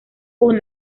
con